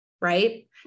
right